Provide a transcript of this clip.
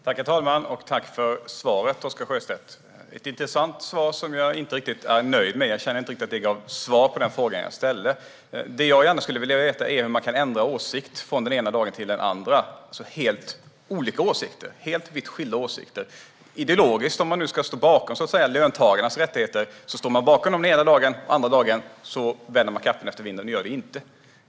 Herr talman! Tack för svaret, Oscar Sjöstedt! Det var ett intressant svar som jag inte är riktigt nöjd med. Jag känner inte att det gav svar på den fråga jag ställde. Det jag gärna skulle vilja veta är hur man kan ändra åsikt från den ena dagen till den andra. Det är alltså vitt skilda åsikter ideologiskt. Man står bakom löntagarnas rättigheter ena dagen och andra dagen vänder man kappan efter vinden och gör det inte.